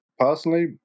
Personally